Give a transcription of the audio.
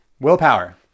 willpower